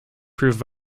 proved